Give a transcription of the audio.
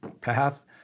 path